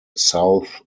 south